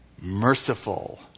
merciful